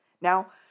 Now